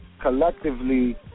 collectively